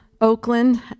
Oakland